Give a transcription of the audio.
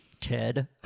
Ted